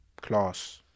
class